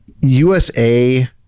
USA